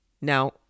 Now